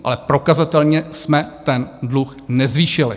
Ale prokazatelně jsme ten dluh nezvýšili.